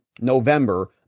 November